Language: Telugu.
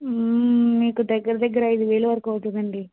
మీకు దగ్గర దగ్గర ఐదు వేలు వరకు అవుతుంది అండి